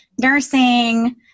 nursing